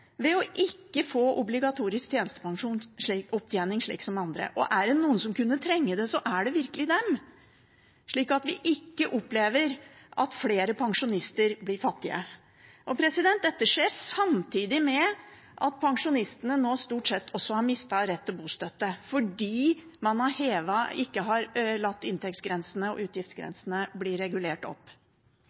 ved å ikke få obligatorisk tjenestepensjonsopptjening, slik som andre. Er det noen som kunne trenge det, er det virkelig dem, så vi ikke opplever at flere pensjonister blir fattige. Dette skjer samtidig med at pensjonistene nå stort sett også har mistet rett til bostøtte fordi man ikke har regulert opp inntektsgrensene og utgiftsgrensene.